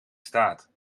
staat